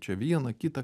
čia vieną kitą